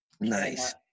Nice